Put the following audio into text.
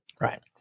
Right